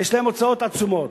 יש להם הוצאות עצומות,